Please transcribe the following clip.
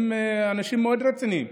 הם אנשים מאוד רציניים.